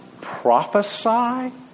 prophesy